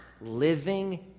living